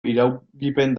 iraungipen